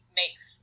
makes